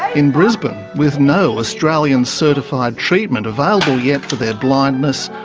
in brisbane, with no australian-certified treatment available yet for their blindness,